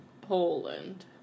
Poland